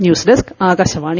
news desk Akashvani